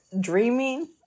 dreaming